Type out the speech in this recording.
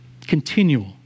Continual